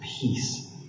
peace